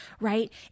right